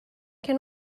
can